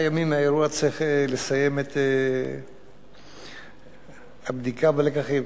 ימים מהאירוע צריך לסיים את הבדיקה בלקחים,